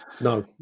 no